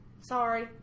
sorry